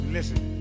Listen